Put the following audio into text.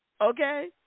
okay